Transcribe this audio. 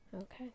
Okay